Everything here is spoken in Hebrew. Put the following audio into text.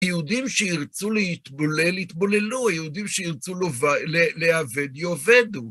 יהודים שירצו להתבולל, יתבוללו. יהודים שירצו להאבד, יאבדו.